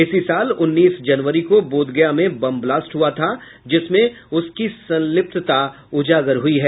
इसी साल उन्नीस जनवरी को बोधगया में बम बलास्ट हुआ था जिसमें उसकी संल्पितता उजागर हुई है